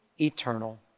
eternal